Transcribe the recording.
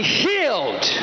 healed